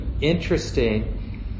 interesting